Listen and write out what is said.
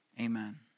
amen